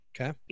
Okay